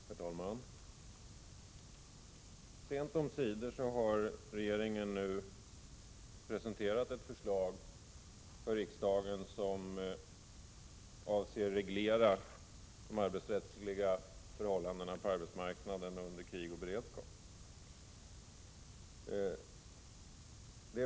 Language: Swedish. Herr talman! Sent omsider har regeringen nu presenterat ett förslag för riksdagen som avser reglering av de arbetsrättsliga förhållandena på arbetsmarknaden under krig och beredskap.